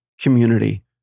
community